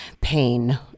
pain